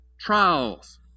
Trials